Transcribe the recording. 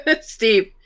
Steve